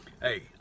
Hey